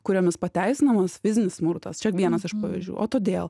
kuriomis pateisinamas fizinis smurtas čia vienas iš pavyzdžių o todėl